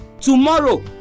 Tomorrow